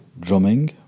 drumming